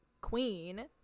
queen